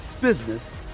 business